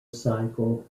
cycle